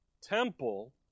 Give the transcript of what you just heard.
temple